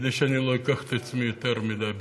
כדי שאני לא אקח את עצמי יותר מדי ברצינות.